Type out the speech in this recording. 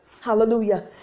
Hallelujah